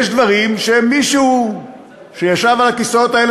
יש דברים שמישהו שישב על הכיסאות האלה